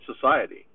society